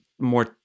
more